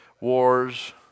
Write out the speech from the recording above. wars